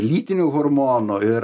lytinių hormonų ir